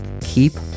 Keep